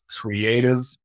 creative